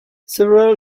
several